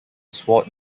sword